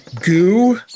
goo